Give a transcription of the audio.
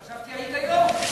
חשבתי על היגיון.